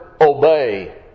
obey